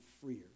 freer